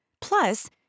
Plus